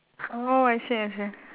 orh I see I see